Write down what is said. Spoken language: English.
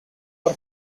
are